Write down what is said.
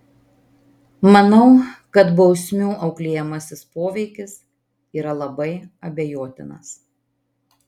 manau kad bausmių auklėjamasis poveikis yra labai abejotinas